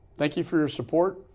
thank you for your support.